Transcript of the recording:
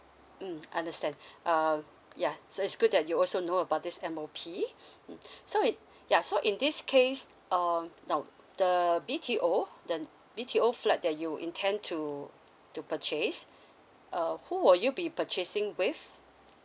mm understand uh yeah so it's good that you also know about this M O P mm so it ya so in this case um now the B T O the B T O flat that you intend to to purchase uh who would you be purchasing with